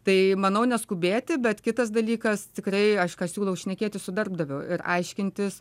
tai manau neskubėti bet kitas dalykas tikrai aš ką siūlau šnekėtis su darbdaviu ir aiškintis